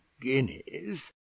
guineas